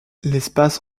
l’espace